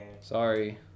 Sorry